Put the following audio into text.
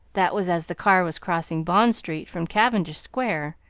that was as the car was crossing bond street from cavendish square,